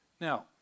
Now